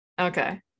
okay